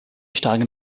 steigen